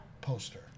poster